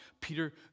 Peter